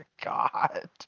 God